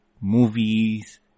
movies